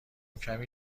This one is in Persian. کمی